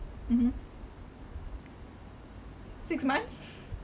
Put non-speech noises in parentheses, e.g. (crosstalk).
mmhmm six months (laughs)